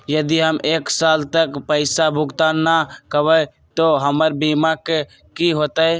यदि हम एक साल तक पैसा भुगतान न कवै त हमर बीमा के की होतै?